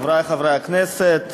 חברי חברי הכנסת,